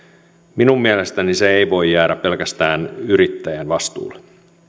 minun mielestäni se ei voi jäädä pelkästään yrittäjän vastuulle